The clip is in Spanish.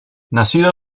nacido